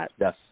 Yes